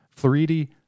Floridi